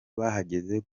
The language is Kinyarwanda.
bahagaze